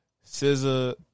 scissor